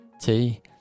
tea